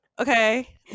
okay